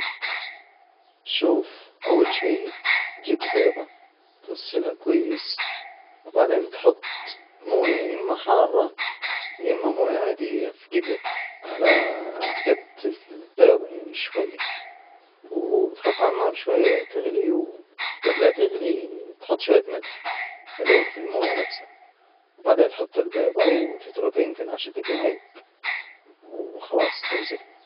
شوف، أول شي جيب البيضة غسلها كويس، وبعدين تحط موية إما حارة يا إما موية عادية، في جدر على جد البيضة يعني شوية وتحطها على النار شوية تغلي وجبل ما تغلي تحط شوية ملح حلو في المويه نفسها، وبعدين تحط البيضة وتتركه يمكن عشر دجايج، وخلاص تنسلج.